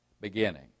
beginning